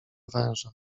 węża